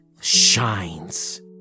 shines